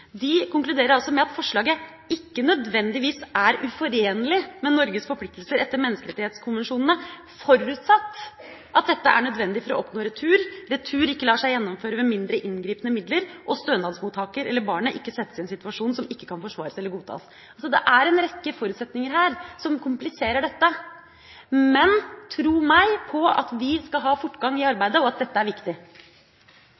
De konkluderer altså med at forslaget ikke nødvendigvis er uforenlig med Norges forpliktelser etter menneskerettighetskonvensjonene, forutsatt at dette er nødvendig for å oppnå retur, retur ikke lar seg gjennomføre ved mindre inngripende midler, og stønadsmottaker eller barnet ikke settes i en situasjon som ikke kan forsvares eller godtas. Så det er en rekke forutsetninger her som kompliserer dette, men tro meg på at vi skal ha fortgang i